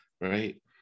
right